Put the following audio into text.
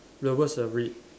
the words are red